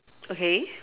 okay